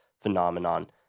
phenomenon